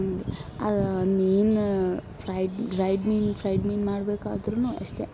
ಹಾಗೆ ಅದು ಮೀನು ಫ್ರೈ ಡ್ರೈಡ್ ಮೀನು ಫ್ರೈಡ್ ಮೀನು ಮಾಡಬೇಕಾದ್ರುನೂ ಅಷ್ಟೆ